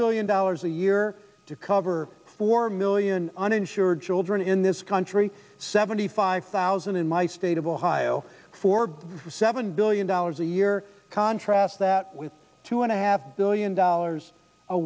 dollars a year to cover four million uninsured children in this country seventy five thousand in my state of ohio for seven billion dollars a year contrast that with two and a half billion dollars a